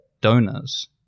donors